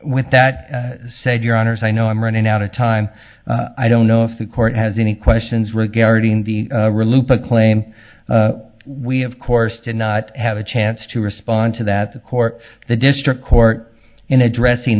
with that said your honor as i know i'm running out of time i don't know if the court has any questions regarding the claim we of course did not have a chance to respond to that the court the district court in addressing